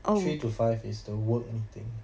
three to five is the work meeting